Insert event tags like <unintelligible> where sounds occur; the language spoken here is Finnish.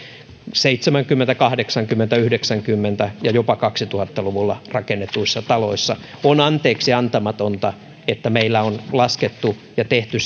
seitsemänkymmentä kahdeksankymmentä yhdeksänkymmentä ja jopa kaksituhatta luvulla rakennetuissa taloissa on anteeksiantamatonta että meillä on tehty <unintelligible>